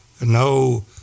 no